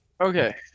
Okay